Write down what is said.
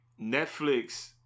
Netflix